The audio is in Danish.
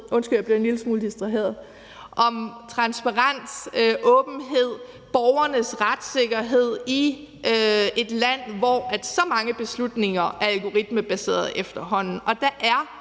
undskyld, jeg blev en lille smule distraheret – og borgernes retssikkerhed i et land, hvor så mange beslutninger efterhånden